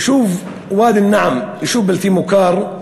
יישוב ואדי-אל-נעם, יישוב בלתי מוכר,